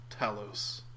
Talos